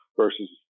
versus